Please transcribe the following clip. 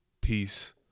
peace